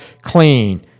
clean